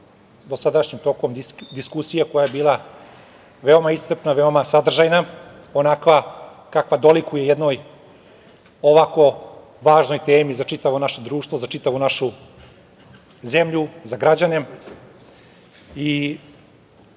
dosadašnjim tokom diskusije koja je bila veoma iscrpna, veoma sadržajna, onakva kako dolikuje jednoj ovako važnoj temi za čitavo naše društvo, za čitavu našu zemlju, za građane. Mogu